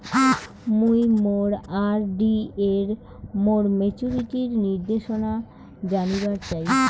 মুই মোর আর.ডি এর মোর মেচুরিটির নির্দেশনা জানিবার চাই